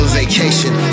vacation